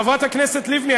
חברת הכנסת לבני,